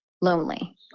lonely